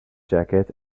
jacket